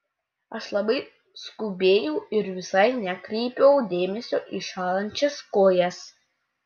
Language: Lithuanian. aš labai skubėjau ir visai nekreipiau dėmesio į šąlančias kojas